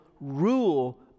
rule